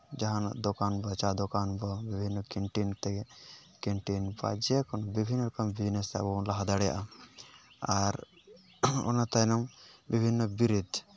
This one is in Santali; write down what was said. ᱡᱟᱦᱟᱱᱟᱜ ᱫᱚᱠᱟᱱ ᱪᱟ ᱫᱚᱠᱟᱱ ᱫᱚ ᱵᱤᱵᱷᱤᱱᱱᱚ ᱠᱮᱱᱴᱤᱱ ᱛᱮᱜᱮ ᱠᱮᱱᱴᱤᱱ ᱵᱟ ᱡᱮ ᱠᱳᱱᱳ ᱵᱤᱵᱷᱤᱱᱱᱚ ᱨᱚᱠᱚᱢ ᱵᱤᱡᱽᱱᱮᱥ ᱟᱵᱚᱵᱚᱱ ᱞᱟᱦᱟ ᱫᱟᱲᱮᱭᱟᱜᱼᱟ ᱟᱨ ᱚᱱᱟ ᱛᱟᱭᱱᱚᱢ ᱵᱤᱵᱷᱤᱱᱱᱚ ᱵᱤᱨᱤᱫ